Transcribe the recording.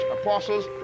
apostles